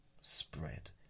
spread